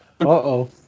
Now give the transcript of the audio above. Uh-oh